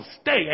stay